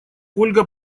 ольга